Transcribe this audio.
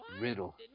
Riddle